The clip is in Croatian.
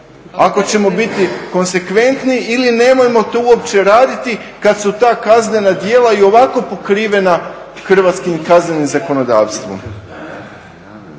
ako ćemo biti konzekventni ili nemojmo to uopće raditi kad su ta kaznena djela i ovako pokrivena hrvatskim kaznenim zakonodavstvom.